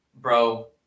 bro